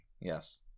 Yes